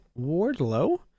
Wardlow